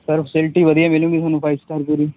sir facility ਵਧੀਆ ਮਿਲੇਗੀ ਤੁਹਾਨੂੰ ਫਾਈਵ ਸਟਾਰ ਪੂਰੀ